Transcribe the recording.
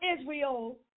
Israel